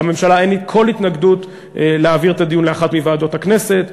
לממשלה אין כל התנגדות להעברת הדיון לאחת מוועדות הכנסת,